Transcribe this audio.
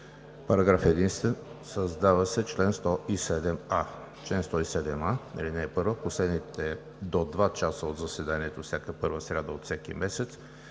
Параграф единствен. Създава се чл. 107а: „Чл. 107а (1) Последните до два часа от заседанието всяка първа сряда от всеки месец